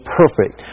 perfect